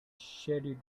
shaded